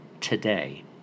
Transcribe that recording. today